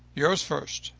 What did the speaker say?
yours first,